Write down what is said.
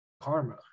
karma